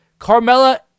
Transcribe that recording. Carmella